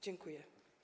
Dziękuję.